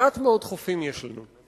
מעט מאוד חופים יש לנו.